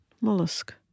Mollusk